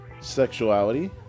sexuality